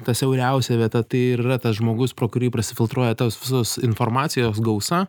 ta siauriausia vieta tai ir yra tas žmogus pro kurį prasifiltruoja tos visos informacijos gausa